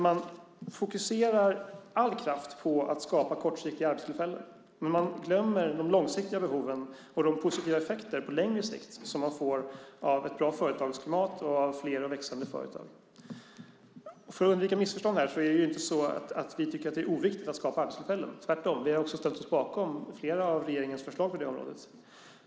Man lägger all kraft på att skapa kortsiktiga arbetstillfällen, men man glömmer de långsiktiga behoven och de positiva effekter på längre sikt som man får av ett bra företagsklimat och av fler och växande företag. För att undvika missförstånd vill jag säga att vi absolut inte tycker att det är oviktigt att skapa arbetstillfällen. Tvärtom ställer vi oss bakom flera av regeringens förslag på det området.